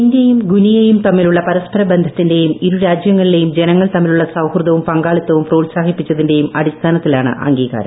ഇന്ത്യയും ഗുനിയയും തമ്മിലുള്ള പരസ്പര ബന്ധത്തിന്റെയും ഇരുരാജ്യങ്ങളിലെയും ജനങ്ങൾ തമ്മിലുള്ള സൌഹൃദവും പങ്കാളിത്തവും പ്രോത്സാഹിപ്പിച്ചതിന്റെയും അടിസ്ഥാന ത്തിലാണ് അംഗീകാരം